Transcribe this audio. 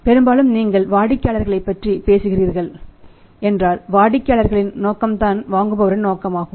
பெரும்பாலும் நீங்கள் வாடிக்கையாளர்களை பற்றி பேசுகிறீர்கள் என்றால் வாடிக்கையாளர்களின் நோக்கம்தான் வாங்குபவர்களின் நோக்கமாகும்